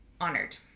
honored